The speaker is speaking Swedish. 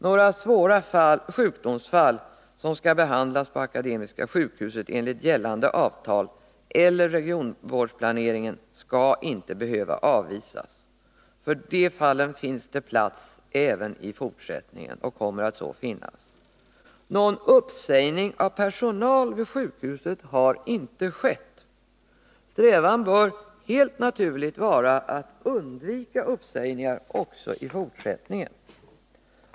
Några svåra sjukdomsfall som skall behandlas på Akademiska sjukhuset enligt gällande avtal eller regionvårdsplanering skall inte behöva avvisas. För dessa fall kommer det att finnas plats även i fortsättningen. Några uppsägningar av personal vid sjukhuset har inte skett. Strävan bör helt naturligt vara att undvika uppsägningar också i fortsättningen.